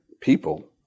people